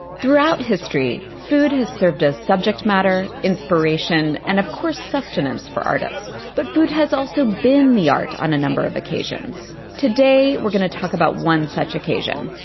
throughout history, food has served as subject matter, inspiration, and, of course, sustenance for artists, but food has also been the art on a number of occasions. today we're going to talk about one such occasion,